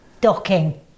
docking